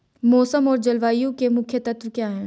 मौसम और जलवायु के मुख्य तत्व क्या हैं?